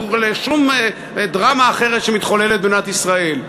לשום דרמה אחרת שמתחוללת במדינת ישראל.